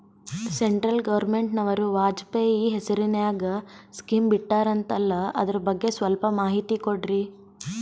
Central ಗವರ್ನಮೆಂಟನವರು ವಾಜಪೇಯಿ ಹೇಸಿರಿನಾಗ್ಯಾ scheme ಬಿಟ್ಟಾರಂತಲ್ಲ ಅದರ ಬಗ್ಗೆ ಸ್ವಲ್ಪ ಮಾಹಿತಿ ಕೊಡ್ರಿ?